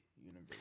universe